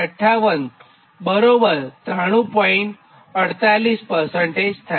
48 થાય